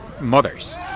mothers